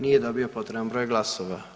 Nije dobio potreban broj glasova.